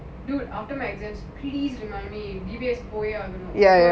you getting finances now